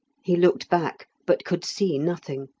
he looked back but could see nothing.